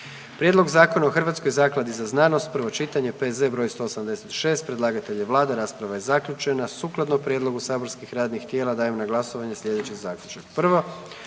prometu i trgovini divljim vrstama, prvo čitanje, P.Z.E. 167, predlagatelj je Vlada, rasprava je zaključena. Sukladno prijedlogu saborskih radnih tijela dajem na glasovanje sljedeći Zaključak.